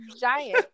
giant